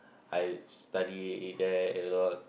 I study there a lot